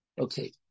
Okay